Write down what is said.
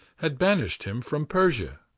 had banished him from persia.